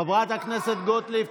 חברת הכנסת גוטליב.